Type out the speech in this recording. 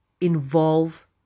involve